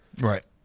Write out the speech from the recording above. Right